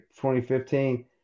2015